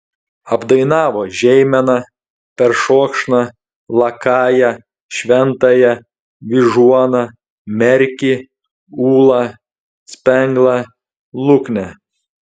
apdainavo žeimeną peršokšną lakają šventąją vyžuoną merkį ūlą spenglą luknę